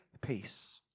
peace